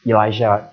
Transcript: Elijah